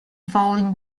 falling